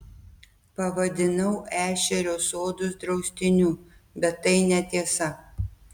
pavadinau ešerio sodus draustiniu bet tai netiesa